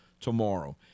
tomorrow